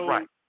Right